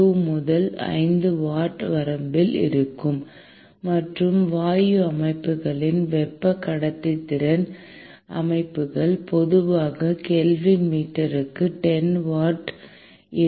2 முதல் 5 வாட் வரம்பில் இருக்கும் மற்றும் வாயு அமைப்புகளின் வெப்ப கடத்துத்திறன் திட அமைப்புகள் பொதுவாக கெல்வின் மீட்டருக்கு 10 வாட் ஆகும்